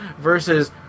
versus